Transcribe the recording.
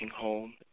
home